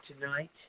tonight